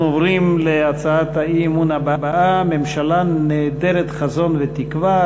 אנחנו עוברים להצעת האי-אמון הבאה: ממשלה נעדרת חזון ותקווה,